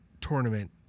tournament